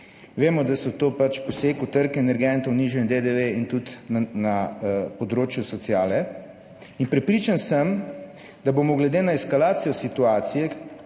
Vemo, da gre za poseg v trg energentov, nižji DDV in tudi na področju sociale. Prepričan sem, da bomo glede na eskalacijo situacije